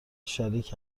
شریک